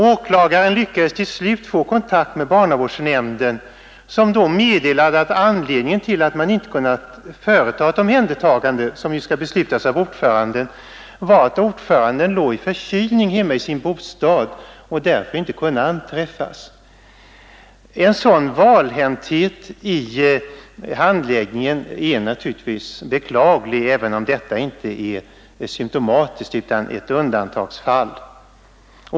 Åklagaren lyckades till slut få kontakt med barnavårdsnämnden, som då meddelade att anledningen till att man inte kunnat göra ett omhändertagande — som ju skall beslutas av ordföranden — var att ordföranden låg i förkylning hemma i sin bostad och därför inte kunnat anträffas. En sådan valhänthet i handläggningen är naturligtvis beklaglig, även om detta inte är symtomatiskt utan ett undantagsfall.